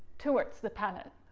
towards the palate.